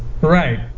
Right